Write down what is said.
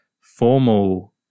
formal